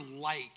light